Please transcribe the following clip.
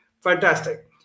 Fantastic